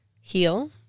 heal